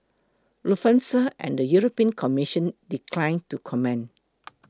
Lufthansa and the European Commission declined to comment